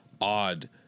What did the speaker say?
odd